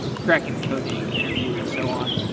cracking the coding interview and so on.